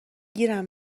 گیرم